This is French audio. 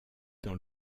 dans